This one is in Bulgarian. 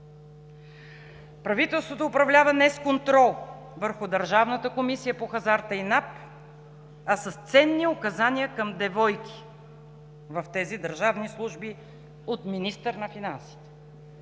Правителството управлява не с контрол върху Държавната комисия по хазарта и НАП, а с ценни указания към девойки в тези държавни служби от министъра на финансите.